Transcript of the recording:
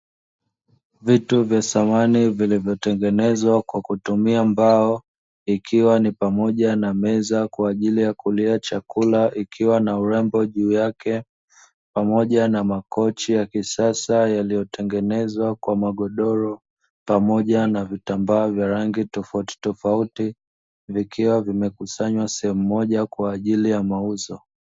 Vitu vya samani viliyotengenezwa kwa kutumia mbao, ikiwa ni pamoja na meza kwa ajili ya kulia chakula ikiwa na urembo juu yake, pamoja na makochi ya kisasa yaliyotengenezwa kwa magodoro, pamoja na vitambaa vya rangi tofautitofauti, vikiwa vimekusanywa sehemu moja kwa ajili ya mauzo.